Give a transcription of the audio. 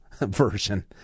version